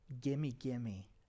gimme-gimme